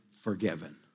forgiven